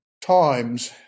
times